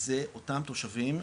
זה אותם תושבים.